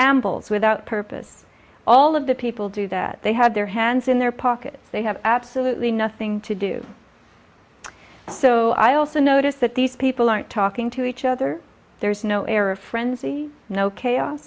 ambles without purpose all of the people do that they had their hands in their pockets they have absolutely nothing to do so i also notice that these people aren't talking to each other there's no air of frenzy no chaos